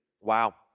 Wow